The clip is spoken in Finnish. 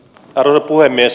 arvoisa puhemies